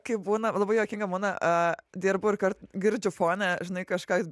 kai būna labai juokinga būna a dirbu ir kart girdžiu fone žinai kažką